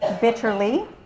bitterly